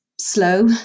slow